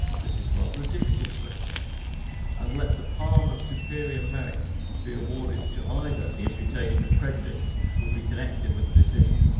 this is rather a difficult question and let the palm of superior merit be awarded to either, the imputation of prejudice would be connected with the decision.